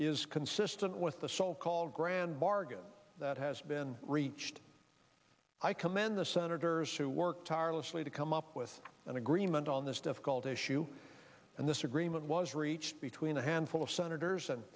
is consistent with the so called grand bargain that has been reached i commend the senators who worked tirelessly to come up with an agreement on this difficult issue and this agreement was reached between a handful of senators and